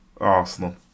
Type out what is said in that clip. Arsenal